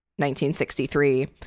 1963